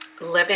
living